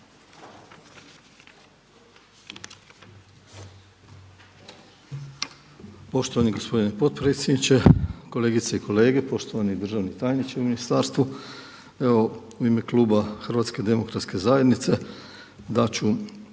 Poštovani gospodine potpredsjedniče, kolegice i kolege, poštovani državni tajniče u ministarstvu. Evo u ime kluba Hrvatske demokratske zajednice dat